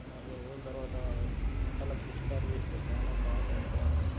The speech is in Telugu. నాలుగు ఐదు రోజుల తరువాత పంటలకి పిచికారి చేస్తే చాలా బాగా ఉంటున్నాయి